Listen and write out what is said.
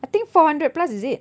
I think four hundred plus is it